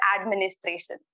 administration